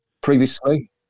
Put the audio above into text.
previously